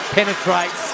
penetrates